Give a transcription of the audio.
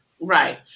right